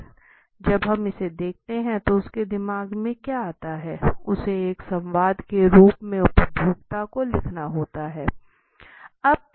जब हम इसे देखते हैं तो उसके दिमाग में क्या आता है उसे एक संवाद के रूप में उपभोक्ता को लिखना होता है